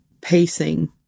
pacing